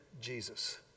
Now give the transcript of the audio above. Jesus